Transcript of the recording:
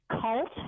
cult